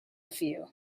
few